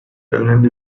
önemli